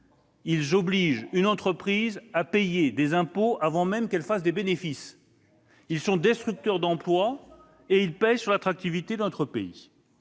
ils obligent une entreprise à payer des impôts avant même de faire des bénéfices. Ils sont destructeurs d'emplois et pèsent sur l'attractivité de notre pays.